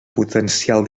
potencial